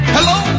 Hello